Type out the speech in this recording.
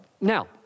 Now